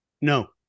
No